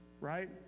Right